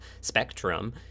Spectrum